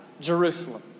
Jerusalem